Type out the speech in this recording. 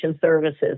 services